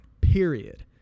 period